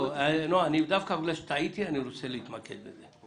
בגלל שטעיתי, אני רוצה להתמקד בזה.